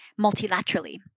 multilaterally